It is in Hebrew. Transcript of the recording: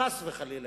חס וחלילה,